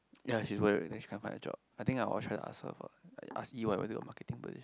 ya she is worried then she can't find a job I think everyone trying to ask her about like ask Yi-Wen about marketing pressure